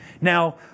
Now